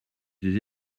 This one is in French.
des